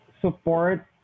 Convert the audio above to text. support